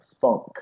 funk